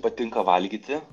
patinka valgyti